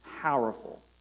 powerful